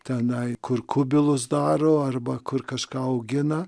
tenai kur kubilus daro arba kur kažką augina